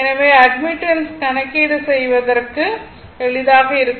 எனவே அட்மிட்டன்ஸ் கணக்கிடு செய்வதற்க்கு எளிதாக இருக்கும்